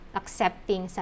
accepting